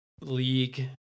league